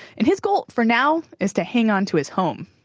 and his goal for now is to hang onto his home.